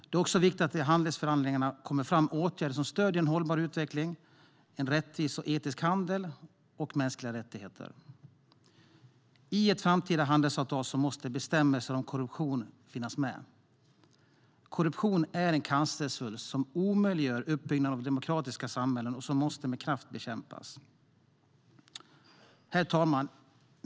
Det är också viktigt att det i handelsförhandlingarna kommer fram åtgärder som stöder en hållbar utveckling, rättvis och etisk handel samt mänskliga rättigheter. I ett framtida handelsavtal måste bestämmelser om korruption finnas med. Korruption är en cancersvulst som omöjliggör uppbyggnaden av demokratiska samhällen och måste med kraft bekämpas. Herr talman!